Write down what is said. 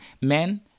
men